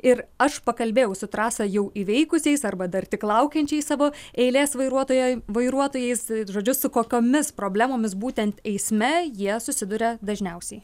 ir aš pakalbėjau su trasą jau įveikusiais arba dar tik laukiančiais savo eilės vairuotojai vairuotojais žodžiu su kokiomis problemomis būtent eisme jie susiduria dažniausiai